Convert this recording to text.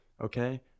okay